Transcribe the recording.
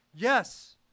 Yes